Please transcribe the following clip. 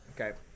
Okay